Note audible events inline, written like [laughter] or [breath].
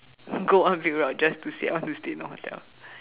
[breath] go one big round just to say I want to stay in a hotel